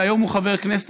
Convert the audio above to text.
שהיום הוא חבר כנסת,